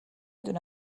دونه